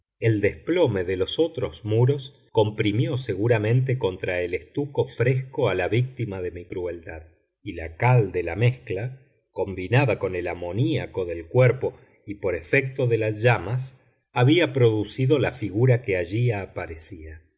el desplome de los otros muros comprimió seguramente contra el estuco fresco a la víctima de mi crueldad y la cal de la mezcla combinada con el amoniaco del cuerpo y por efecto de las llamas había producido la figura que allí aparecía